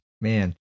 man